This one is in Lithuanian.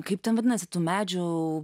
kaip ten vadinasi tų medžių